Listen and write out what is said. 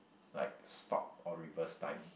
like stop or reverse time